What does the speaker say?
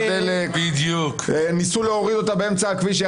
ניסו להוריד אותה מהכביש.